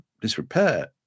disrepair